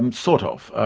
and sort of.